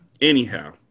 anyhow